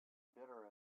bitter